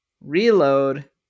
Reload